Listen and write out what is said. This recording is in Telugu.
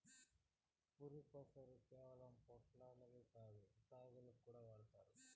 పురికొసని కేవలం పొట్లాలకే కాదు, తాళ్లుగా కూడా వాడతండారు